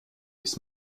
bis